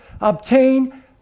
obtain